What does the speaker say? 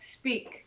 speak